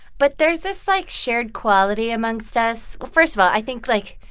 but there's, this, like, shared quality amongst us. well, first of all, i think, like,